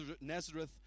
Nazareth